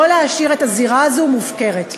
לא להשאיר את הזירה הזו מופקרת.